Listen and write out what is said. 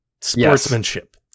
sportsmanship